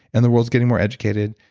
and the world's getting more educated.